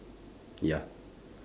ya